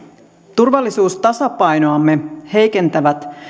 turvallisuustasapainoamme heikentävät